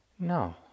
No